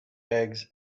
eggs